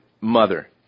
mother